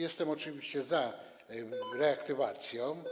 Jestem oczywiście za ich reaktywacją.